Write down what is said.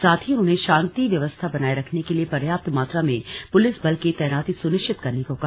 साथ ही उन्होंने शांति व्यवस्था बनाये रखने के लिए पर्याप्त मात्रा में पुलिस बल की तैनाती सुनिश्चित करने को कहा